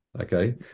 okay